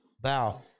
Bow